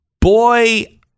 boy